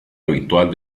habitual